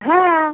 हा